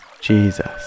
Jesus